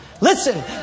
listen